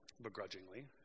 begrudgingly